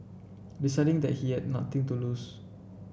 deciding that he had nothing to lose